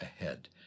ahead